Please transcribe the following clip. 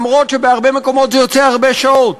למרות שבהרבה מקומות זה יוצא הרבה שעות.